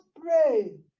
pray